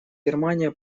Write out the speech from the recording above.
германия